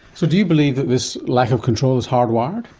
so do you believe that this lack of control is hardwired?